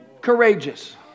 courageous